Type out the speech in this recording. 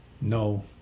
no